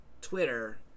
Twitter